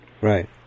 Right